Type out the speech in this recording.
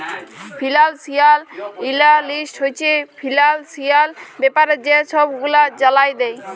financial analyst হছে financial ব্যাপারে যে ছব গুলা জালায় দেই